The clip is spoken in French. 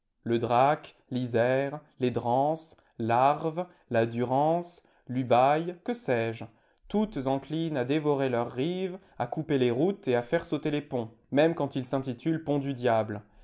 le drac l'isère les dranses l'arve la durance l'ubaye que sais-je toutes enclines à dévorer leurs rives à couper les routes et à faire sauter les ponts même quand ils s'intitulent ponts du diable